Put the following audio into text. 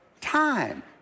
Time